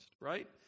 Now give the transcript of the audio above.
right